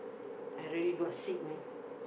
I really got sick man